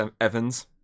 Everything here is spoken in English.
Evans